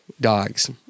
dogs